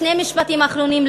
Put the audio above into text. שני משפטים אחרונים,